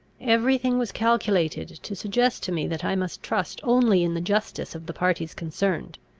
every thing was calculated to suggest to me that i must trust only in the justice of the parties concerned,